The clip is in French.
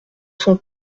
son